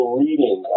reading